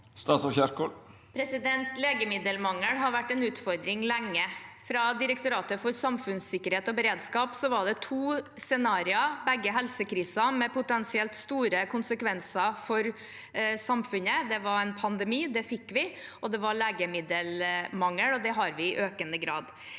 Legemiddel- mangel har vært en utfordring lenge. Fra Direktoratet for samfunnssikkerhet og beredskap var det to scenarioer, begge helsekriser med potensielt store konsekvenser for samfunnet. Det var en pandemi – det fikk vi– og det var legemiddelmangel, og det har vi i økende grad.